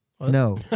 No